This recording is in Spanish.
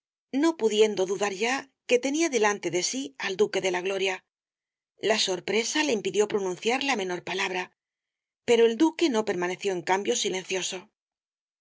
no pudiendo dudar ya que tenía delante de sí al duque de la gloria la sorpresa le impidió pronunciar la menor palabra pero el duque no permaneció en cambio silencioso